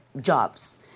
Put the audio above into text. jobs